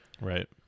Right